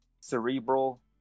cerebral